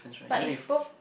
but is both